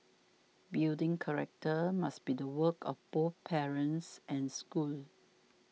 building character must be the work of both parents and schools